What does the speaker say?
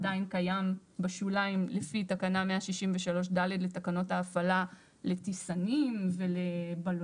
עדיין קיים בשוליים לפי תקנה 163(ד) לתקנות ההפעלה לטיסנים ולבלונים.